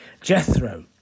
Jethro